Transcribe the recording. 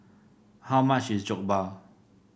how much is Jokbal